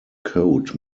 code